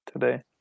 today